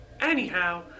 Anyhow